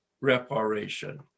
reparation